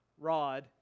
rod